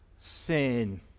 Sin